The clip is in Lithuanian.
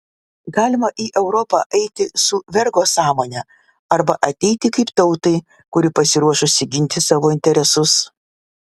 galima į europą eiti su vergo sąmone arba ateiti kaip tautai kuri pasiruošusi ginti savo interesus